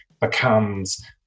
becomes